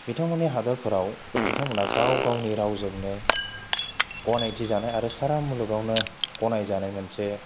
बिथांमोननि हादोरफोराव बिथांमोना गाव गावनि रावजोंनो गनायथि जानाय आरो सारा मुलुगावनो गनायजानाय मोनसे